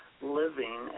living